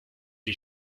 die